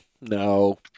no